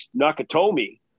Nakatomi